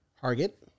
Target